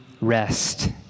rest